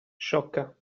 sciocca